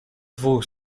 dwóch